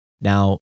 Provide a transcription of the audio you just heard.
Now